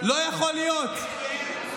מתמודד על ראשות העיר.